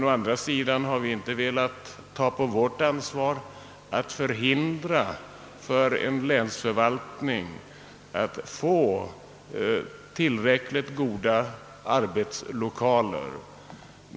Å andra sidan har vi inte velat ta på vårt ansvar att hindra en länsförvaltning från att få tillräckligt goda arbetslokaler.